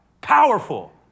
Powerful